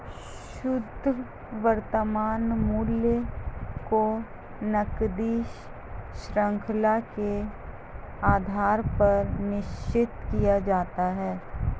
शुद्ध वर्तमान मूल्य को नकदी शृंखला के आधार पर निश्चित किया जाता है